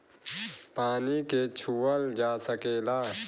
पानी के छूअल जा सकेला